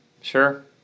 Sure